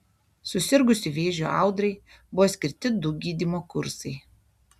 susirgusi vėžiu audrai buvo skirti du gydymo kursai